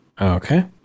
Okay